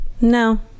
No